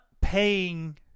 paying